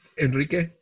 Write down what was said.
Enrique